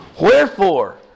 Wherefore